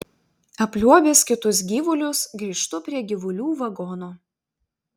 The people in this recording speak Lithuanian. apliuobęs kitus gyvulius grįžtu prie gyvulių vagono